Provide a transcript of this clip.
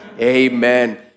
amen